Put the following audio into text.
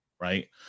Right